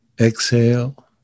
exhale